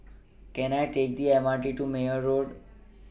Can I Take The M R T to Meyer Road